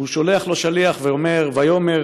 הוא שולח לו שליח ואומר: "ויאמר